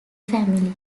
family